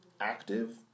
active